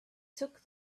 took